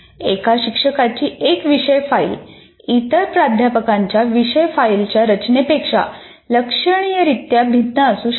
एका शिक्षकाची एक विषय फाईल इतर प्राध्यापकांच्या विषय फाईलच्या रचनेपेक्षा लक्षणीयरित्या भिन्न असू शकते